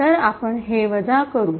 तर आपण हे वजा करु